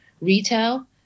retail